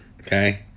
okay